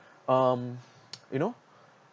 um you know